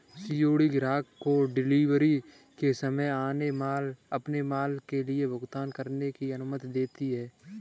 COD ग्राहक को delivery के समय अपने माल के लिए भुगतान करने की अनुमति देता है